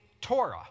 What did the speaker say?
Torah